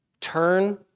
turn